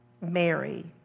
Mary